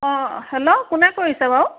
অঁ হেল্ল' কোনে কৰিছে বাৰু